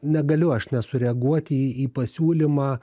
negaliu aš nesureaguoti į į pasiūlymą